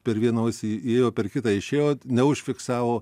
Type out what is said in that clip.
per vieną ausį įėjo per kitą išėjo neužfiksavo